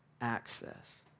access